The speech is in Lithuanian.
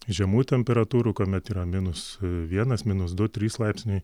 žemų temperatūrų kuomet yra minus vienas minus du trys laipsniai